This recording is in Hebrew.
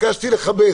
ביקשתי לכבד.